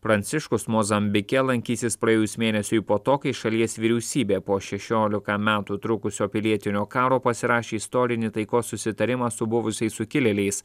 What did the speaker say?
pranciškus mozambike lankysis praėjus mėnesiui po to kai šalies vyriausybė po šešiolika metų trukusio pilietinio karo pasirašė istorinį taikos susitarimą su buvusiais sukilėliais